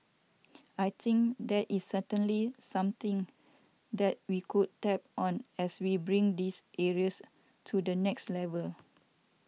I think that is certainly something that we could tap on as we bring these areas to the next level